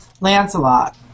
Lancelot